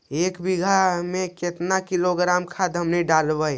एक बीघा मे के किलोग्राम खाद हमनि डालबाय?